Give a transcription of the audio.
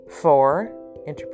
Four